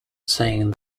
saying